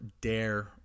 DARE